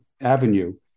avenue